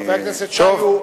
חבר הכנסת שי.